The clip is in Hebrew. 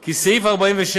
כי סעיף 47,